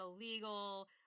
illegal